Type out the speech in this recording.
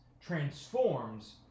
transforms